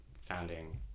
founding